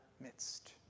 midst